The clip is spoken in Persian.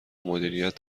مدیریت